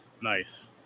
Nice